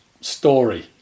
story